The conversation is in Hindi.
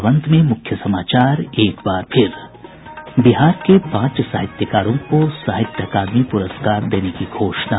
और अब अंत में मुख्य समाचार बिहार के पांच साहित्यकारों को साहित्य अकादमी पुरस्कार देने की घोषणा